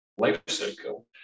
lifecycle